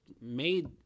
made